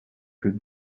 que